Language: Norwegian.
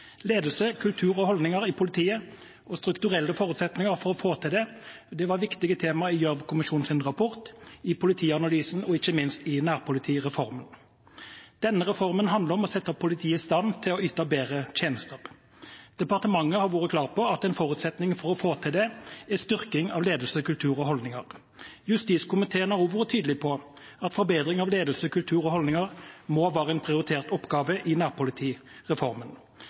Ledelse, kultur og holdninger i politiet og strukturelle forutsetninger for å få til det var viktige temaer i Gjørv-kommisjonens rapport, i Politianalysen og ikke minst i nærpolitireformen. Denne reformen handler om å sette politiet i stand til å yte bedre tjenester. Departementet har vært klar på at en forutsetning for å få til det er en styrking av ledelse, kultur og holdninger. Justiskomiteen har også vært tydelig på at forbedring av ledelse, kultur og holdninger må være en prioritert oppgave i nærpolitireformen.